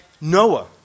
Noah